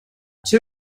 two